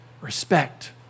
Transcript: Respect